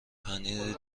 پنیر